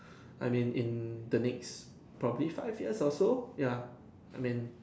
I mean in the next probably five years also ya I mean